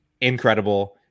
Incredible